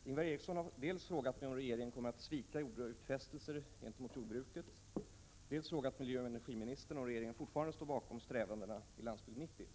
Herr talman! Ingvar Eriksson har dels frågat mig om regeringen kommer att svika gjorda utfästelser gentemot jordbruket, dels frågat miljöoch energiministern om regeringen fortfarande står bakom strävandena i ”Landsbygd 90”.